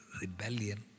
Rebellion